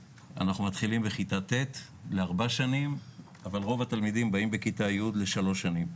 מתחילים בכיתה ט' ל-4 שנים אבל רוב התלמידים באים בכיתה י' ל-3 שנים.